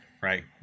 right